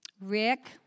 Rick